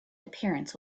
appearance